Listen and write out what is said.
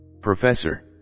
Professor